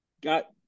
got